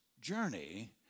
journey